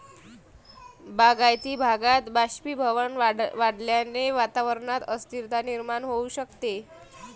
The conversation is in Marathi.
बागायती भागात बाष्पीभवन वाढल्याने वातावरणात अस्थिरता निर्माण होऊ शकते